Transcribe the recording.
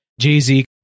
Jay-Z